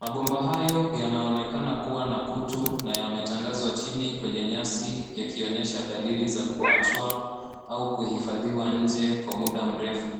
Mabomba hayo yanaonekana kuwa na kutu na yametandazwa chini kwenye nyasi yakionyesha dalili za kuachwa au kuhifadhiwa nje kwa muda mrefu.